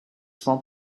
cent